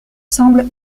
semble